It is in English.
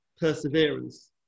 perseverance